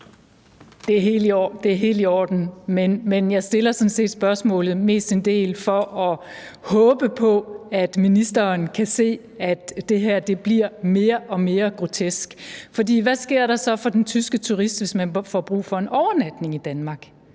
Det er helt i orden, men jeg stiller sådan set spørgsmålet, mestendels fordi jeg håber på, at ministeren kan se, at det her bliver mere og mere grotesk. For hvad sker der for den tyske turist, hvis vedkommende får brug for en overnatning i Danmark?